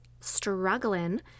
struggling